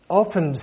often